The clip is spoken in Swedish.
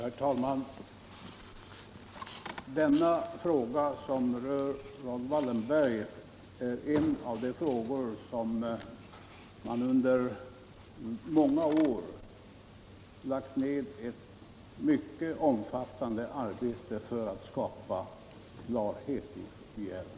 Herr talman! Denna fråga, som rör Raoul Wallenberg, är en av de frågor på vilka det under många år lagts ned ett mycket omfattande arbete för att skapa klarhet i.